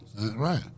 Right